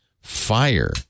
fire